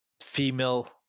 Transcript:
female